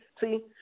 see